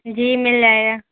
جی مل جائے گا